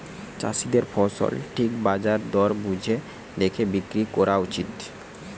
চাষীদের ফসল ঠিক বাজার দর বুঝে দেখে বিক্রি কোরা উচিত